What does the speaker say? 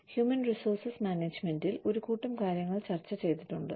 human resource മാനേജ്മെന്റിൽ ഒരു കൂട്ടം കാര്യങ്ങൾ ചർച്ച ചെയ്തിട്ടുണ്ട്